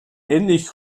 ähnlich